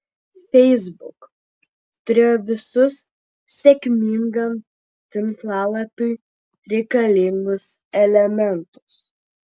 facebook turėjo visus sėkmingam tinklalapiui reikalingus elementus